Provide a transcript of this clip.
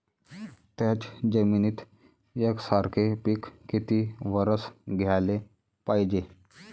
थ्याच जमिनीत यकसारखे पिकं किती वरसं घ्याले पायजे?